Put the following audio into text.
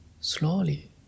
slowly